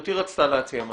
גברתי רצתה להציע משהו.